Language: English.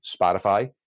Spotify